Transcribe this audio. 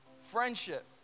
friendship